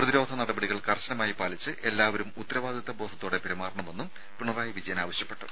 പ്രതിരോധ നടപടികൾ കർശനമായി പാലിച്ച് എല്ലാവരും ഉത്തരവാദിത്വ ബോധത്തോടെ പെരുമാറണമെന്നും പിണറായി വിജയൻ ആവശ്യപ്പെട്ടു